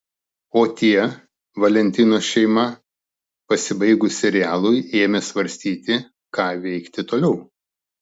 o tie valentinos šeima pasibaigus serialui ėmė svarstyti ką veikti toliau